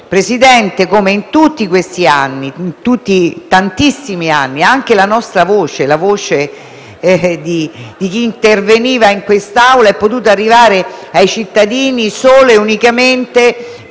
perfettamente che in tutti questi anni, tantissimi anni, anche la nostra voce - la voce di chi è intervenuto in quest'Aula - è potuta arrivare ai cittadini solo e unicamente